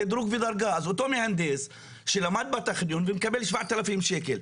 זה דירוג ודרגה' אז אותו מהנדס שלמד בטכניון ומקבל 7,000 שקל,